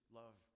love